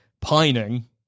pining